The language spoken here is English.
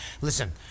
listen